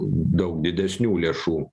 daug didesnių lėšų